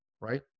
right